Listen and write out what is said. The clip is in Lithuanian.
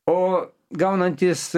o gaunantys